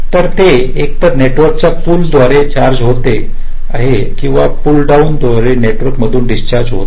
तर ते एकतर नेटवर्कच्या पुल द्वारे चार्ज होत आहे किंवा पुल डाउन नेटवर्क मधून डिस्चार्ज होत आहे